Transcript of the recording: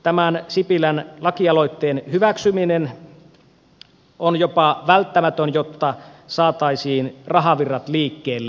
tämän sipilän lakialoitteen hyväksyminen on jopa välttämätön jotta saataisiin rahavirrat liikkeelle